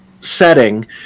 setting